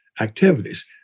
activities